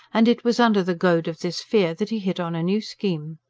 and it was under the goad of this fear that he hit on a new scheme.